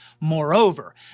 Moreover